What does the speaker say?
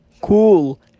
Cool